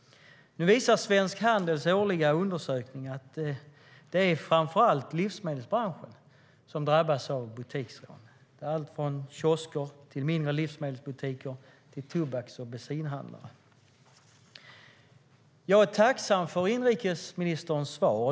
Nu visar Svensk Handels årliga undersökning att det framför allt är livsmedelsbranschen som drabbas av butiksrån. Det är allt från kiosker och mindre livsmedelsbutiker till tobaks och bensinhandlare. Jag är tacksam för inrikesministerns svar.